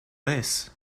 this